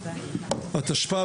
התשפ"ב,